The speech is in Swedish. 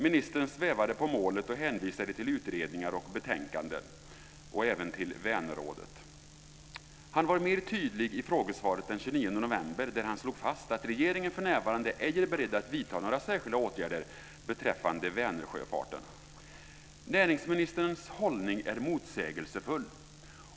Ministern svävade på målet och hänvisade till utredningar och betänkanden, och även till Vänerrådet. Han var mer tydlig i frågesvaret den 29 november, där han slog fast att regeringen för närvarande ej är beredd att vidta några särskilda åtgärder beträffande Vänersjöfarten. Näringsministerns hållning är motsägelsefull.